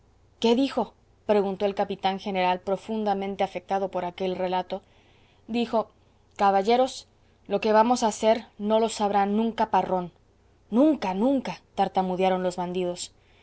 qué dijo preguntó el capitán general profundamente afectado por aquel relato dijo caballeros lo que vamos a hacer no lo sabrá nunca parrón nunca nunca tartamudearon los bandidos